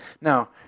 Now